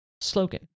Slogan